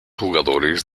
jugadores